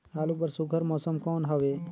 आलू बर सुघ्घर मौसम कौन हवे?